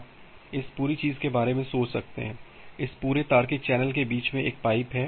आप इस पूरी चीज़ के बारे में सोच सकते हैं इस पूरे तार्किक चैनल के बीच में एक पाइप है